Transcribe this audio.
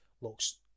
looks